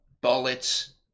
bullets